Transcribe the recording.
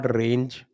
range